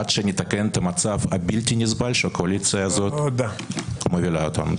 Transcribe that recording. עד שנתקן את המצב הבלתי נסבל שהקואליציה הזאת מובילה אותנו אליו.